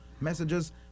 messages